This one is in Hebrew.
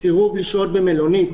סירוב לשהות במלונית,